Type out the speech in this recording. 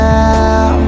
now